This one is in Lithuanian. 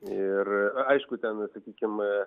ir aišku ten sakykim